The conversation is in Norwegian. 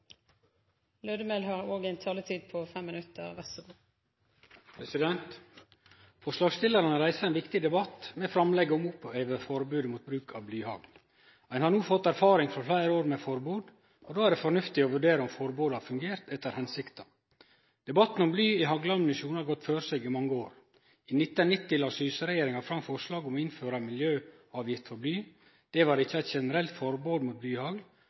Forslagsstillarane reiser ein viktig debatt med framlegget om å oppheve forbodet mot bruk av blyhagl. Ein har no fått erfaring frå fleire år med forbod, og då er det fornuftig å vurdere om forbodet har fungert etter hensikta. Debatten om bly i hagleammunisjon har gått føre seg i mange år. I 1990 la Syse-regjeringa fram forslag om å innføre ei miljøavgift for bly. Det vart ikkje eit generelt forbod mot